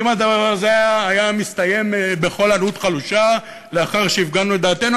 כי אם הדבר הזה היה מסתיים בקול ענות חלושה לאחר שהפגנו את דעתנו,